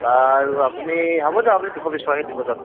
বাৰু আপুনি হ'ব যাওক আপুনি দুশ বিশ টকাকৈ দিব যাওক